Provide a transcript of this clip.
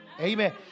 Amen